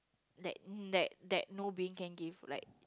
that that that moving can give like